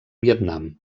vietnam